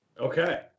Okay